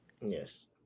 Yes